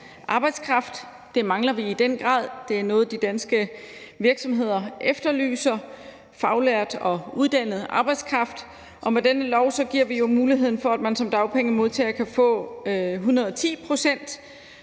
arbejdskraft. Det mangler vi i den grad. Det er noget, som de danske virksomheder efterlyser, altså faglært og uddannet arbejdskraft, og med dette lovforslag giver vi jo muligheden for, at man som dagpengemodtager kan få 110 pct.,